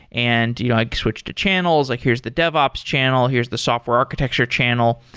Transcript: and you know like switch to channels, like here's the devops channel, here's the software architecture channel.